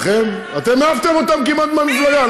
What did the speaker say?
אתם כמעט העפתם אותם מהמפלגה.